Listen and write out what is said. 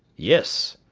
yes.